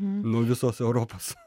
nuo visos europos